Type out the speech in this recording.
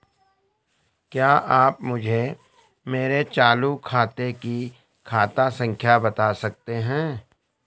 क्या आप मुझे मेरे चालू खाते की खाता संख्या बता सकते हैं?